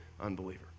unbeliever